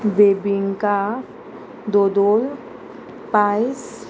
बेबिंका दोदोल पायस